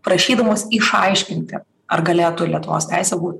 prašydamas išaiškinti ar galėtų lietuvos teisė būt